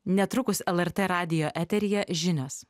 netrukus lrt radijo eteryje žinios